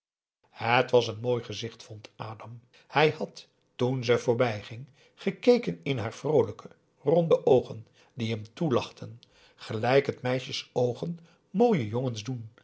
het was n mooi gezicht vond adam hij had toen ze voorbijging gekeken in haar vroolijke ronde oogen die hem toelachten gelijk het meisjesoogen mooie jongens doen